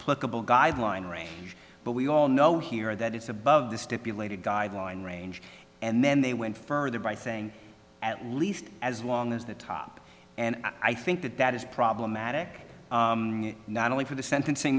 pluggable guideline range but we all know here that it's above the stipulated guideline range and then they went further by saying at least as long as the top and i think that that is problematic not only for the sentencing